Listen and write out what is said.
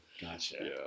Gotcha